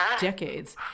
decades